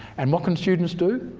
and what can students do?